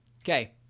Okay